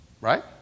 Right